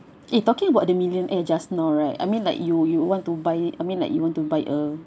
eh talking about the millionaire just now right I mean like you you want to buy I mean like you want to buy a